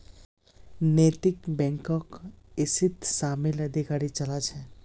नैतिक बैकक इसीत शामिल अधिकारी चला छे